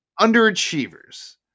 Underachievers